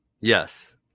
Yes